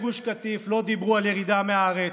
עקורי גוש קטיף לא דיברו על ירידה מהארץ,